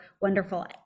wonderful